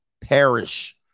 perish